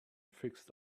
fixed